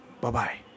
Bye-bye